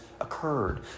occurred